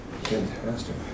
Fantastic